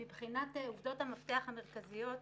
מבחינת עובדות המפתח המרכזיות.